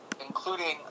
including